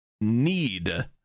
need